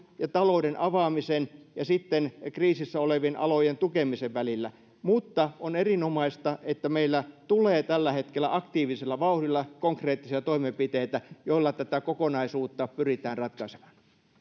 ja talouden avaamisen ja sitten kriisissä olevien alojen tukemisen välillä mutta on erinomaista että meillä tulee tällä hetkellä aktiivisella vauhdilla konkreettisia toimenpiteitä joilla tätä kokonaisuutta pyritään ratkaisemaan